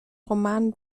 roman